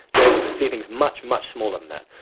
you're able to see things much, much smaller than that.